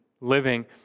living